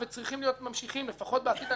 להיות ממשיכים לפחות בעתיד הנראה לעין,